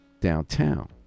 downtown